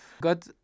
God